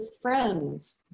friends